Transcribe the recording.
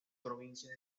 provincia